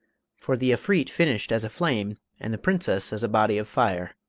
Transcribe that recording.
for the efreet finished as a flame, and the princess as a body of fire.